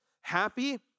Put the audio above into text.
happy